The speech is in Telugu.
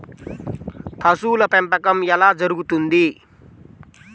పశువుల పెంపకం ఎలా జరుగుతుంది?